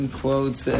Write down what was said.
quotes